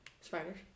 Spiders